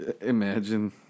Imagine